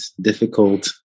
difficult